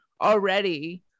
already